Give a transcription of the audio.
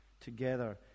together